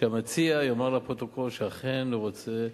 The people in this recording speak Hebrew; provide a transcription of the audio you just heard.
שהמציע יאמר לפרוטוקול שאכן הוא רוצה,